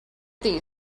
these